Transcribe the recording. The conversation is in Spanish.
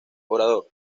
orador